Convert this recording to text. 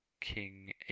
King